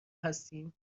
هستیم